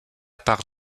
part